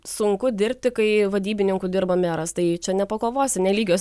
sunku dirbti kai vadybininku dirba meras tai čia nepakovosi nelygios